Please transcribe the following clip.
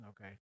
Okay